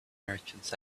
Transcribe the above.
merchants